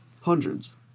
Hundreds